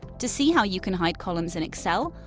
to see how you can hide columns in excel,